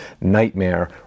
nightmare